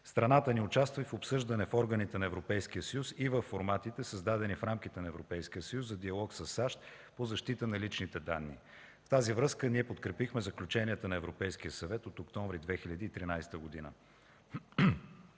Страната ни участва и в обсъждането органите на Европейския съюз и във форматите, създадени в рамките на Европейския съюз, за диалог със САЩ по защита на личните данни. В тази връзка ние подкрепихме заключенията на Европейския съвет от октомври 2013 г.